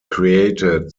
created